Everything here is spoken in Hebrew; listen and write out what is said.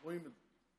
רואים את זה.